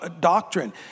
doctrine